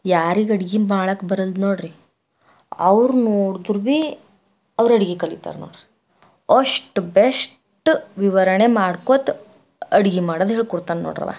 ಯಾರಿಗೆ ಅಡುಗೆ ಮಾಡೋಕ್ಕೆ ಬರಲ್ದು ನೋಡ್ರಿ ಅವರು ನೋಡ್ದುರ್ಬಿ ಅವರು ಅಡುಗೆ ಕಲಿತಾರು ನೋಡ್ರಿ ಅಷ್ಟು ಬೆಷ್ಟ ವಿವರಣೆ ಮಾಡ್ಕೊತ್ತ ಅಡುಗೆ ಮಾಡೋದು ಹೇಳ್ಕೊಡ್ತಾನೆ ನೋಡಿರಿ ಅವ